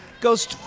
goes